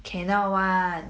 cannot [one]